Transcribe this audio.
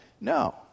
No